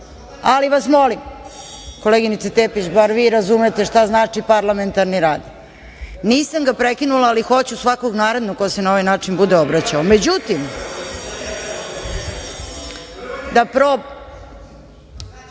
ali vas molim, koleginice Tepić, bar vi razumete šta znači parlamentarni rad. Nisam ga prekinula, ali hoću svakog narednog ko se na ovaj način bude obraćao.(Marinika Tepić: